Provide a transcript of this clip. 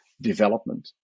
development